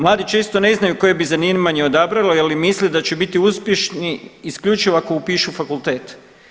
Mladi često ne znaju koje bi zanimanje odabrali je li misle da će biti uspješni isključivo ako upišu fakultet.